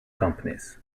companies